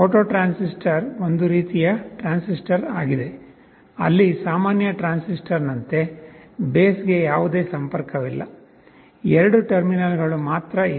photo transistor ಒಂದು ರೀತಿಯ transistor ಆಗಿದೆ ಅಲ್ಲಿ ಸಾಮಾನ್ಯ ಟ್ರಾನ್ಸಿಸ್ಟರ್ನಂತೆ ಬೇಸ್ ಗೆ ಯಾವುದೇ ಸಂಪರ್ಕವಿಲ್ಲ ಎರಡು ಟರ್ಮಿನಲ್ಗಳು ಮಾತ್ರ ಇವೆ